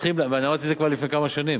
ואני אמרתי את זה כבר לפני כמה שנים,